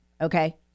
okay